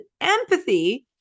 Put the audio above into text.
empathy-